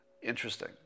Interesting